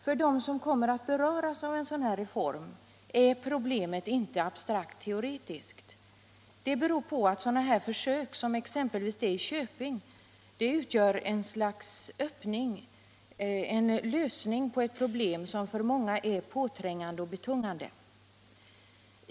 För dem som kommer att beröras av en sådan här reform är problemet inte abstrakt-teoretiskt. Det beror på att försök som det i Köping utgör ett slags öppning, en lösning på ett problem som för många är påträngande och betungande.